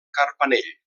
carpanell